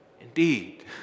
Indeed